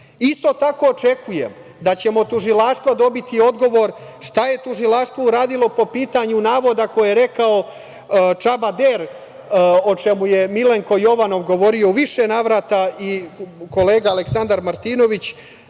tako, očekujem da ćemo od Tužilaštva dobiti odgovor šta je Tužilaštvo uradilo po pitanju navoda koje je rekao Čaba Der, o čemu je Milenko Jovanov govorio u više navrata i kolega Aleksandar Martinović,